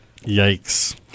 Yikes